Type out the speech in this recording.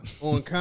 on